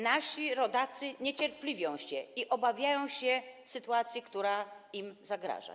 Nasi rodacy niecierpliwią się i obawiają się sytuacji, która im zagraża.